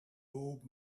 old